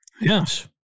Yes